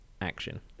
action